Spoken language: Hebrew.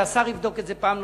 שהשר יבדוק את זה פעם נוספת,